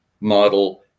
model